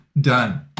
done